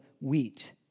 wheat